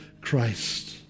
Christ